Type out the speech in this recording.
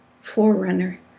forerunner